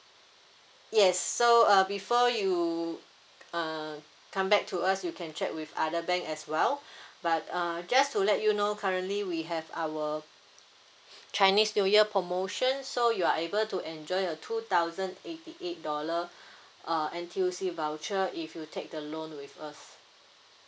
yes so uh before you c~ uh come back to us you can check with other bank as well but uh just to let you know currently we have our chinese new year promotion so you are able to enjoy a two thousand eighty eight dollar uh N_T_U_C voucher if you take the loan with us